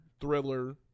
Thriller